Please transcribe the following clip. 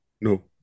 No